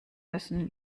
müssen